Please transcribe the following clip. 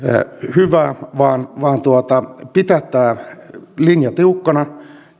hyvää vaan vaan pitää tämä linja tiukkana